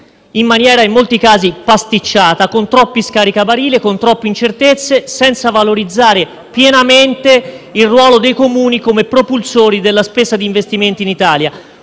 e in molti casi pasticciata, con troppi scaricabarile e incertezze, senza valorizzare pienamente il ruolo dei Comuni come propulsori della spesa per investimenti in Italia.